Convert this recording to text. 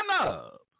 up